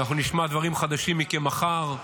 ואנחנו נשמע דברים חדשים מכם מחר,